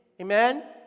Amen